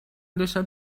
داشتم